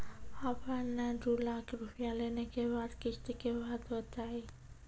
आपन ने दू लाख रुपिया लेने के बाद किस्त के बात बतायी?